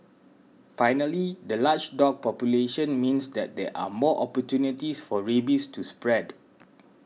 finally the large dog population means that there are more opportunities for rabies to spread